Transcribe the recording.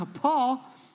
Paul